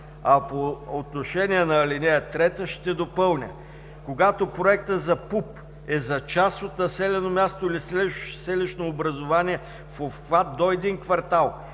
По отношение на ал. 3 ще допълня: когато проектът за ПУП е за част от населено място или селищно образувание в обхват до един квартал,